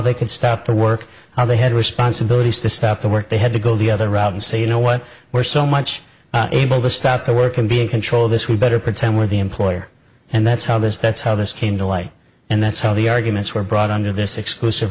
they could stop the work how they had responsibilities to stop the work they had to go the other route and say you know what we're so much able to stop the work and be in control of this we better pretend we're the employer and that's how it is that's how this came to light and that's how the arguments were brought under this exclusive